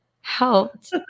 helped